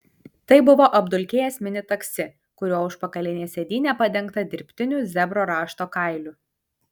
tai buvo apdulkėjęs mini taksi kurio užpakalinė sėdynė padengta dirbtiniu zebro rašto kailiu